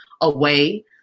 away